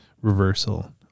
reversal